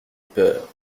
peur